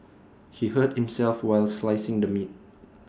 he hurt himself while slicing the meat